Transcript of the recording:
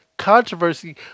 controversy